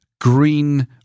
green